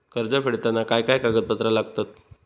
कर्ज फेडताना काय काय कागदपत्रा लागतात?